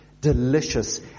delicious